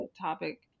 topic